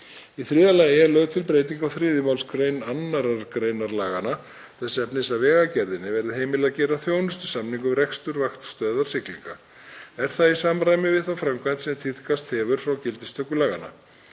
Í þriðja lagi er lögð til breyting á 3. mgr. 2. gr. laganna þess efnis að Vegagerðinni verði heimilað að gera þjónustusamning um rekstur vaktstöðvar siglinga. Er það í samræmi við þá framkvæmd sem tíðkast hefur frá gildistöku laganna.